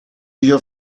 your